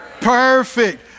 Perfect